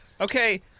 Okay